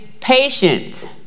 patient